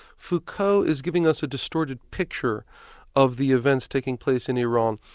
foucault is giving us a distorted picture of the events taking place in iran.